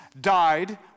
died